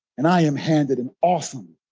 and i am handed an awesome,